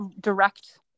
direct